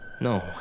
No